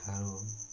ଆଉ